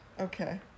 Okay